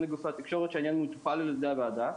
לגופי התקשורת שהעניין מטופל על ידי הוועדה.